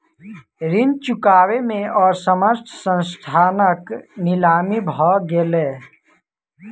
ऋण चुकबै में असमर्थ संस्थानक नीलामी भ गेलै